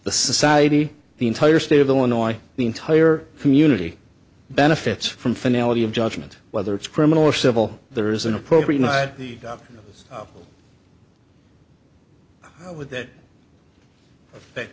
the society the entire state of illinois the entire community benefits from finale of judgment whether it's criminal or civil there is an appropriate how would that affect